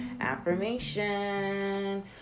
affirmation